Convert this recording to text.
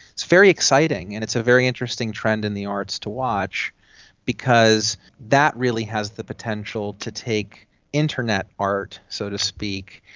it's very exciting and it's a very interesting trend in the arts to watch because that really has the potential to take internet art, so to speak,